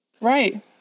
Right